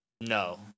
No